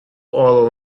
all